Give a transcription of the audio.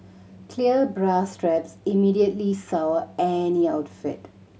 clear bra straps immediately sour any outfit